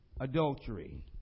adultery